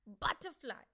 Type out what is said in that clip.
Butterfly